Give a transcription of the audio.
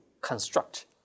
construct